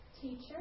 Teacher